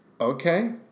Okay